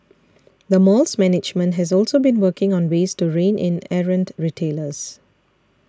the mall's management has also been working on ways to rein in errant retailers